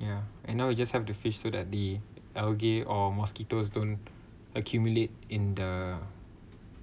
ya and now we just have the fish so that the algae or mosquitoes don't accumulate in the